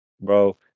Bro